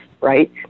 right